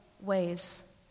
ways